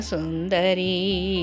Sundari